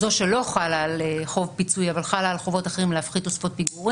זו שלא חלה על חוב פיצוי אבל חלה על חובות אחרים להפחית פיגורים,